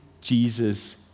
Jesus